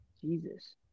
Jesus